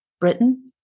Britain